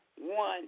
one